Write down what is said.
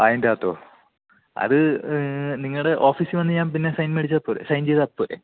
അതിന്റകത്തോ അത് നിങ്ങളുടെ ഓഫീസി വന്ന് ഞാൻ പിന്നെ സൈൻ മേടിച്ചാൽ പോരെ സൈൻ ചെയ്താൽ പോരെ